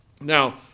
Now